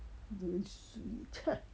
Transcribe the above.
没睡在